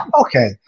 okay